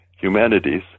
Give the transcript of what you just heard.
Humanities